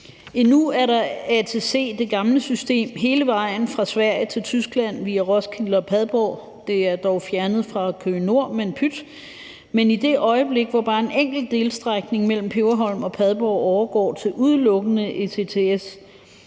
Endnu er der ATC, det gamle system, hele vejen fra Sverige til Tyskland via Roskilde og Padborg. Det er dog fjernet fra Køge Nord, men pyt. Men i det øjeblik, hvor bare en enkelt delstrækning mellem Peberholm og Padborg overgår til udelukkende ETCS,